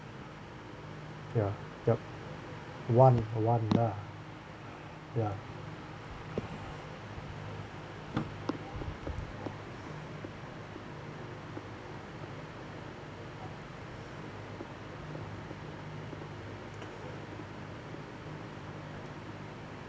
ya yup one one lah ya